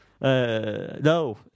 No